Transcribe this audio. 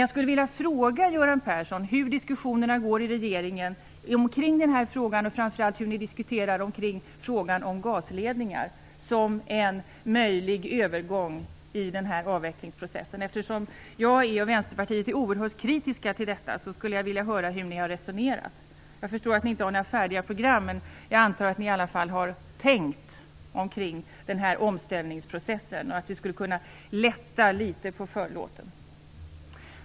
Jag skulle vilja fråga Göran Persson hur diskussionerna går i regeringen omkring den här frågan, framför allt hur ni diskuterar i frågan om gasledningar som en möjlig övergång i den här avvecklingsprocessen. Eftersom vi i Vänsterpartiet är oerhört kritiska till detta skulle jag vilja höra hur ni har resonerat. Jag förstår att ni inte har några färdiga program, men jag antar att ni i alla fall har tänkt på omställningsprocessen och att ni skulle kunna lätta litet på förlåten.